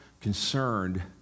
concerned